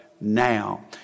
now